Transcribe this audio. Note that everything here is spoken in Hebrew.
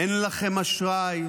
אדוני היושב-ראש,